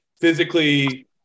physically